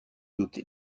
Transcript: doté